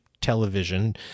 television